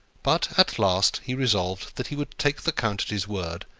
but at last he resolved that he would take the count at his word,